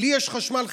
לי יש חשמל חינם?